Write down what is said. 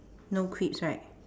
no crisps right